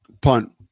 Punt